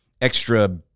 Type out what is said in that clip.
extra